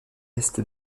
est